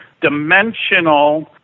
dimensional